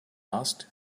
asked